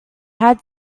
had